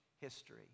history